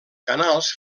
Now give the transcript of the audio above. canals